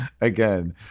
again